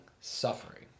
suffering